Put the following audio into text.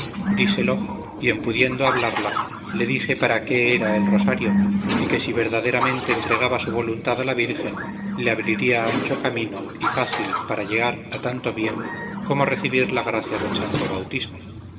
y en pudiendo hablarla le dije para qué era el rosario y que si verdaderamente entregaba su voluntad a la virgen le abriría camino ancho y fácil para llegar a tanto bien como recibir la gracia del santo bautismo